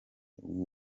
w’u